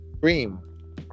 cream